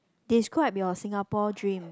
describe your Singapore dream